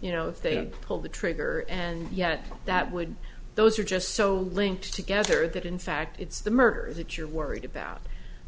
you know if they don't pull the trigger and yet that would those are just so linked together that in fact it's the murders that you're worried about